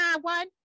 one